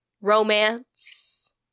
romance